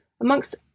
Amongst